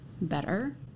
better